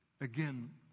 again